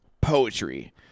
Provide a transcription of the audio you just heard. poetry